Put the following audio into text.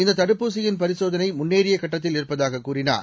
இந்த தடுப்பூசியின் பரிசோதனை முன்னேறிய கட்டத்தில் இருப்பதாக கூறினார்